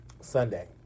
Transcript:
Sunday